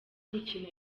gukina